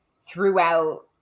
throughout